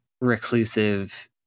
reclusive